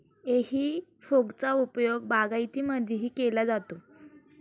हेई फोकचा उपयोग बागायतीमध्येही केला जातो